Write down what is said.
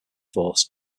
force